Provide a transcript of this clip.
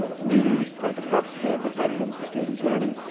ah really trying to foster independence in student learning.